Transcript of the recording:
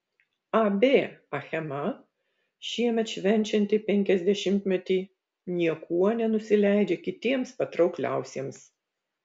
ab achema šiemet švenčianti penkiasdešimtmetį niekuo nenusileidžia kitiems patraukliausiems